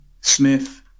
Smith